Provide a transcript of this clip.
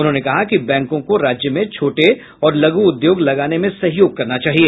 उन्होंने कहा कि बैंकों को राज्य में छोटे और लघु उद्योग लगाने में सहयोग करना चाहिए